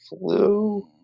flu